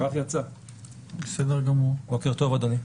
בוקר טוב, אדוני.